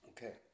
Okay